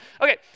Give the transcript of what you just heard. Okay